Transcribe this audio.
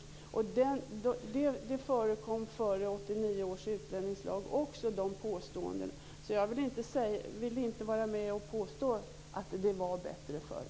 Sådana påståenden förekom också före 1989 års utlänningslag. Jag vill alltså inte instämma i att det var bättre förr.